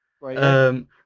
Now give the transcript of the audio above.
Right